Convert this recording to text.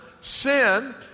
Sin